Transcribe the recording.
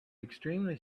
extremely